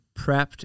prepped